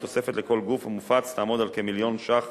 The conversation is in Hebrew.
התוספת לכל גוף מופץ תעמוד על כמיליון ש"ח